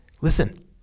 listen